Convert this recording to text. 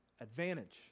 advantage